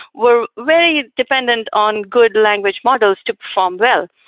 were very dependent on good language models to perform well.